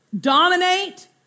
dominate